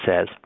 says